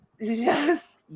yes